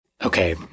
Okay